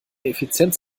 effizienz